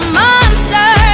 monster